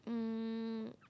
um